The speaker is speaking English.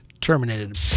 terminated